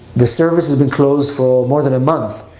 the service has been closed for more than a month,